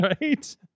right